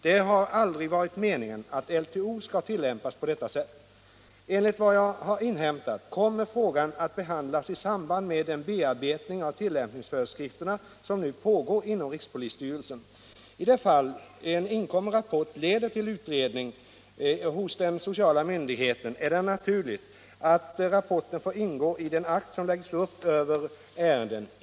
Det har aldrig varit meningen att LTO skall tillämpas på detta sätt. Enligt vad jag har inhämtat kommer frågan att behandlas i samband med den bearbetning av tillämpningsföreskrifterna som nu pågår inom rikspolisstyrelsen. I det fall en inkommen rapport leder till utredning hos den sociala myndigheten är det naturligt att rapporten får ingå i den akt som läggs upp över ärendet.